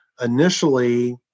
Initially